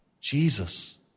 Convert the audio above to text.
Jesus